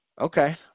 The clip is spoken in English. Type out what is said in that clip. Okay